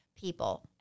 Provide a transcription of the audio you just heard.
people